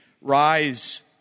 rise